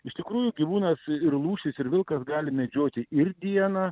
iš tikrųjų gyvūnas ir lūšis ir vilkas gali medžioti ir dieną